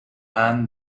hand